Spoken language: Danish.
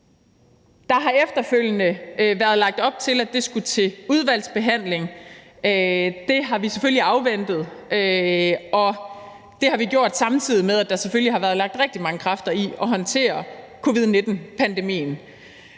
Der har efterfølgende været lagt op til, at det skulle i udvalgsbehandling. Det har vi selvfølgelig afventet, og det har vi gjort, samtidig med at der selvfølgelig har været lagt rigtig mange kræfter i at håndtere covid-19-pandemien.